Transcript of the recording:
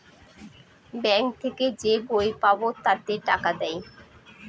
bank থেকে যে বই পাবো তাতে টাকা দেয়